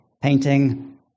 painting